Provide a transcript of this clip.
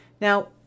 Now